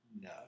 No